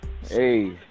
Hey